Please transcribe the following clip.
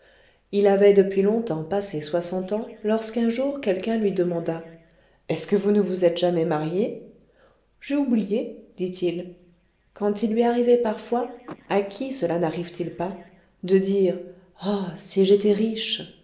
il avait depuis longtemps passé soixante ans lorsqu'un jour quelqu'un lui demanda est-ce que vous ne vous êtes jamais marié j'ai oublié dit-il quand il lui arrivait parfois à qui cela n'arrive-t-il pas de dire oh si j'étais riche